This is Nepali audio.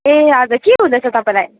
ए हजुर के हुँदैछ तपाईँलाई